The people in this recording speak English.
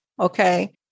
Okay